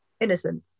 innocent